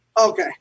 Okay